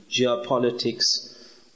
geopolitics